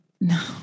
No